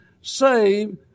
save